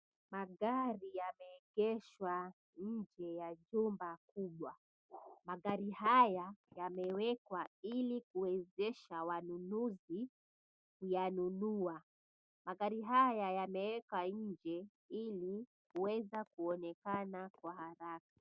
Magari yameegeshwa inje ya jumba kubwa. Magari haya yamewekwa ili kuwezesha wanunuzi kuyanunua. Magari haya yamewekwa inje ili kuweza kuonekana kwa haraka.